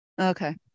Okay